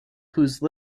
whose